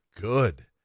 good